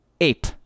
ape